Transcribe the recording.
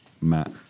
Matt